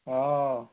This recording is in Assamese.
অঁ